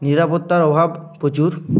নিরাপত্তার অভাব প্রচুর